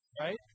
Right